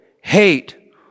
hate